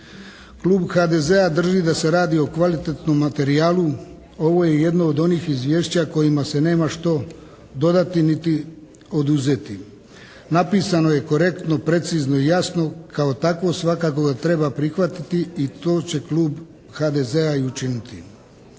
Klub HDZ-a drži da se radi o kvalitetnom materijalu. Ovo je jedno od onih izvješća kojima se nema što dodati niti oduzeti. Napisano je korektno, precizno i jasno. kao takvo svakako ga treba prihvatiti i to će klub HDZ-a i učiniti.